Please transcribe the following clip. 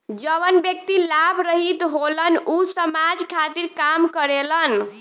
जवन व्यक्ति लाभ रहित होलन ऊ समाज खातिर काम करेलन